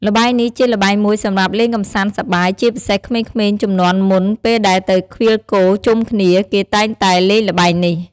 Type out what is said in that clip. ល្បែងនេះជាល្បែងមួយសម្រាប់លេងកម្សាន្តសប្បាយ ជាពិសេសក្មេងៗជំនាន់មុនពេលដែលទៅឃ្វាលគោជុំគ្នា គេតែងតែលេងល្បែងនេះ។